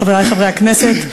חברי חברי הכנסת,